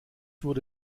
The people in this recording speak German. wurde